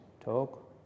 talk